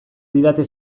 didate